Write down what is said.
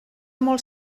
molt